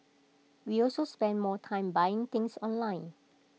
we also spend more time buying things online